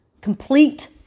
complete